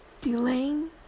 delaying